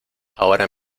ahora